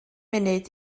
munud